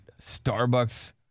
Starbucks